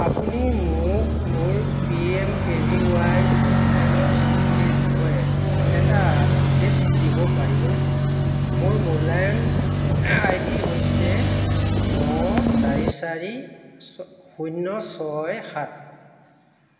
আপুনি মোক মোৰ P M K V Y মূল্যায়নৰ স্থিতিৰ বিষয়ে এটা আপডে'ট দিব পাৰিবনে মোৰ মূল্যায়ন আই ডি হৈছে ন চাৰি চাৰি শূন্য ছয় সাত